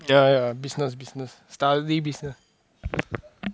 ya ya business business study business